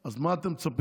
אז מה אתה מצפה,